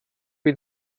wie